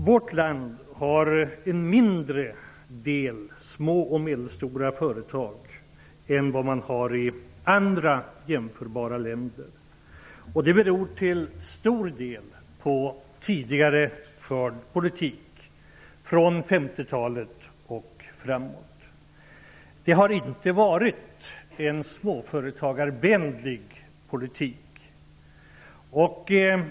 Vårt land har en mindre del små och medelstora företag än vad det finns i andra jämförbara länder. Det beror till stor del på tidigare förd politik, från 50-talet och framåt. Det har inte varit en småföretagarvänlig politik.